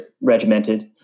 regimented